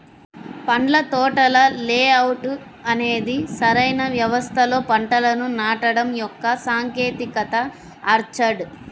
పండ్ల తోటల లేఅవుట్ అనేది సరైన వ్యవస్థలో పంటలను నాటడం యొక్క సాంకేతికత ఆర్చర్డ్